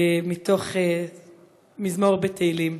מזמור בתהילים: